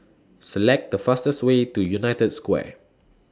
Select The fastest Way to United Square